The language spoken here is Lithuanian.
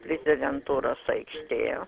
prezidentūros aikštėje